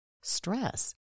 Stress